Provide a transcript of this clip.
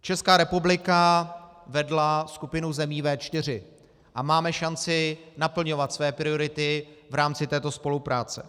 Česká republika vedla skupinu zemí V4 a máme šanci naplňovat své priority v rámci této spolupráce.